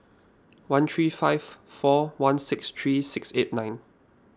one three five four one six three six eight nine